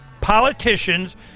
politicians